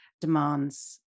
demands